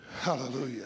Hallelujah